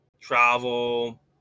travel